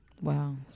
wow